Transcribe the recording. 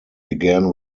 began